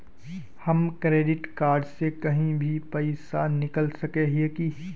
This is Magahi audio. हम क्रेडिट कार्ड से कहीं भी पैसा निकल सके हिये की?